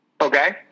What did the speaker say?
Okay